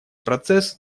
процесс